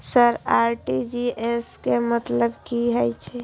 Sir RTGS के मतलब की हे छे?